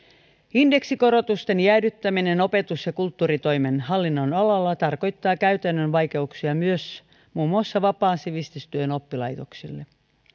indeksikorotusten jäädyttäminen opetus ja kulttuuritoimen hallinnonalalla tarkoittaa käytännön vaikeuksia myös muun muassa vapaan sivistystyön oppilaitoksille